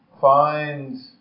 find